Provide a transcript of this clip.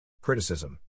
Criticism